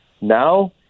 Now